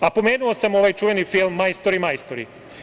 Pomenuo sam ovaj čuveni film "Majstori, majstori"